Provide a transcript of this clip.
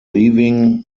leaving